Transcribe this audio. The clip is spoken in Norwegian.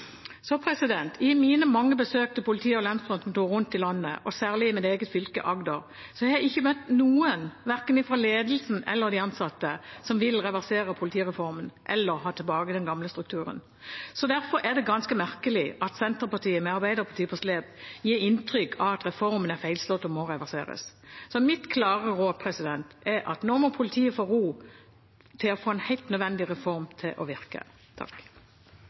I mine mange besøk til politi og lensmannskontor rundt i landet, og særlig i mitt eget fylke, Agder, har jeg ikke møtt noen, verken fra ledelsen eller de ansatte, som vil reversere politireformen eller ha tilbake den gamle strukturen. Derfor er det ganske merkelig at Senterpartiet, med Arbeiderpartiet på slep, gir inntrykk av at reformen er feilslått og må reverseres. Så mitt klare råd er at nå må politiet få ro til å få en helt nødvendig reform til å virke.